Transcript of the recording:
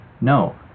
No